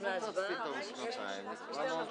בשעה 10:30.